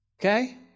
Okay